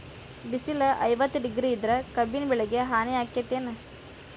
ಬಿಸಿಲ ಐವತ್ತ ಡಿಗ್ರಿ ಇದ್ರ ಕಬ್ಬಿನ ಬೆಳಿಗೆ ಹಾನಿ ಆಕೆತ್ತಿ ಏನ್?